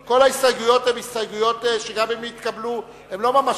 כל ההסתייגויות שגם אם הן יתקבלו הן לא ממשיות,